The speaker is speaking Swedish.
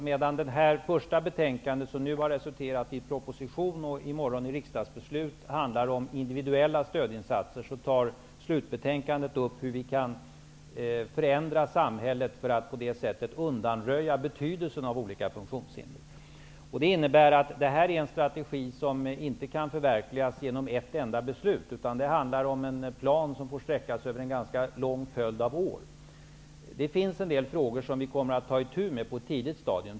Medan det första betänkandet, som alltså har resulterat i en proposition och som i morgon resulterar i riksdagsbeslut, handlar om individuella stödinsatser, handlar slutbetänkandet om hur vi kan förändra samhället så att olika funktionshinder kan undanröjas. Det här är en strategi som inte kan förverkligas genom ett enda beslut. I stället handlar det om en plan som sträcker sig över ganska många år. Det finns en del frågor som vi på ett tidigt stadium kommer att ta itu med.